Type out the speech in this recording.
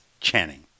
Channing